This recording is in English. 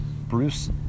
Bruce